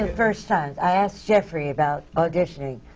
first times, i asked jeffrey about auditioning.